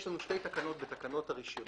יש לנו שתי תקנות בתקנות הרישיונות